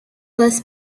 was